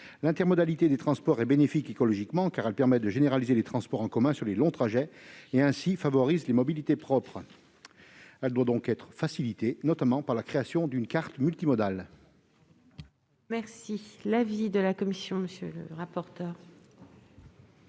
L'intermodalité est bénéfique écologiquement, car elle permet de généraliser les transports en commun sur les longs trajets et favorise ainsi les mobilités propres. Elle doit donc être facilitée, notamment par la création d'une carte multimodale. Quel est l'avis de la commission ? La multiplication